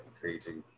crazy